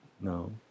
no